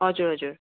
हजुर हजुर